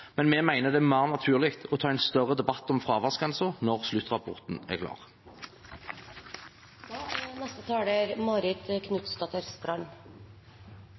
men vi mener det er mer naturlig å ta en større debatt om fraværsgrensen når sluttrapporten er